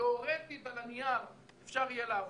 תאורטית על הנייר אפשר יהיה לעבוד.